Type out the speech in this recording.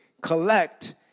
collect